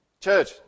Church